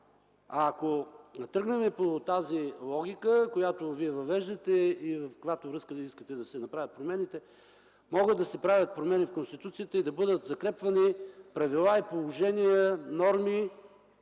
Ако тръгнем по тази логика, която Вие въвеждате и в каквато връзка искате да се направят промените, могат да се правят промени в Конституцията и да бъдат закрепвани правила, положения, норми,